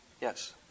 Yes